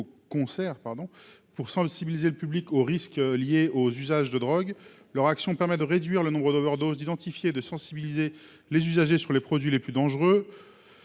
au concert, pardon, pour 100 le civiliser le public aux risques liés aux usages de drogue leur action permet de réduire le nombre d'overdoses identifiées de sensibiliser les usagers sur les produits les plus dangereux,